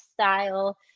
style